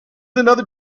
another